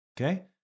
Okay